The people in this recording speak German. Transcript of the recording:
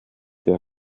der